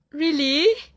really